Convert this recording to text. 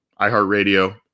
iHeartRadio